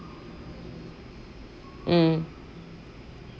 mm